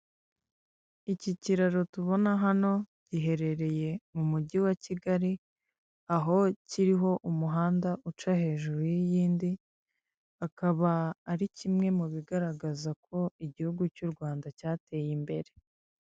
Iki kiraro tubona hano giherereye mu mujyi wa Kigali aho kiriho umuhanda uca hejuru y'iyindikaba ari kimwe mu bigaragaza ko igihugu cy'u Rwanda cyateye imbere.